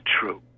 true